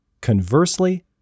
Conversely